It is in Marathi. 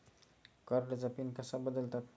कार्डचा पिन कसा बदलतात?